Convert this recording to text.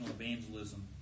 evangelism